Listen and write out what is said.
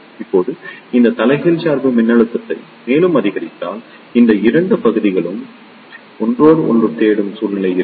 இப்போது இந்த தலைகீழ் சார்பு மின்னழுத்தத்தை மேலும் அதிகரித்தால் இந்த 2 பகுதிகளும் ஒருவருக்கொருவர் தொடும் சூழ்நிலை இருக்கும்